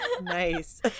Nice